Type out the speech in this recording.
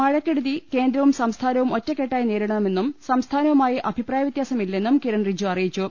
മഴക്കെടുതി കേന്ദ്രവും സംസ്ഥാനവും ഒറ്റക്കെട്ടായി നേരിടണമെന്നും സംസ്ഥാനവുമായി അഭിപ്രായവൃത്യാസ മില്ലെന്നും കിരൺ റിജ്ജു അറിയിച്ചു